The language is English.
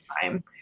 time